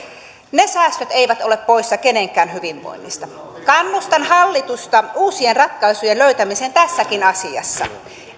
ne säästöt eivät ole poissa kenenkään hyvinvoinnista kannustan hallitusta uusien ratkaisujen löytämiseen tässäkin asiassa